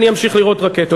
אני אמשיך לירות רקטות.